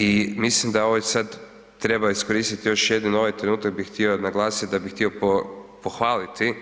I mislim da ovaj sad treba iskoristiti još jedino ovaj trenutak bi htio naglasiti da bi htio pohvaliti